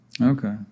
Okay